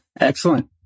Excellent